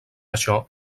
això